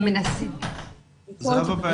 זהבה,